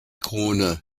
krone